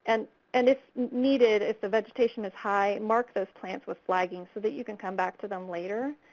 and and if needed, if the vegetation is high, mark those plants with flagging so that you can come back to them later.